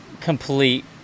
complete